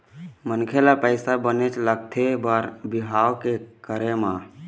मनखे ल पइसा बनेच लगथे बर बिहाव के करे म